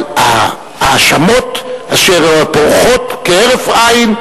אבל האשמות שפורחות כהרף עין,